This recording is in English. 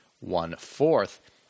one-fourth